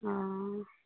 ओ